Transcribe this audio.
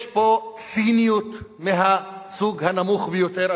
יש פה ציניות מהסוג הנמוך ביותר,